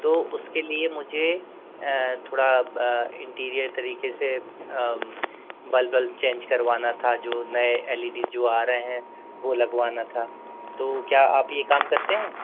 तो उसके लिए मुझे थोड़ा इंटीरियर तरीक़े से बल्ब वल्ब चेंज करवाना था जो नई एल ई डी जो आ रहे हैं वो लगवाना था तो क्या आप ये काम करते हैं